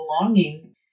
belonging